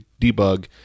debug